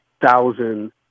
thousand